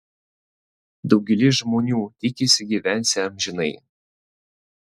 daugelis žmonių tikisi gyvensią amžinai